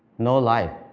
no life.